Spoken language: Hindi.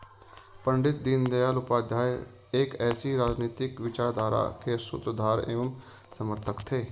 पण्डित दीनदयाल उपाध्याय एक ऐसी राजनीतिक विचारधारा के सूत्रधार एवं समर्थक थे